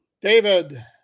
David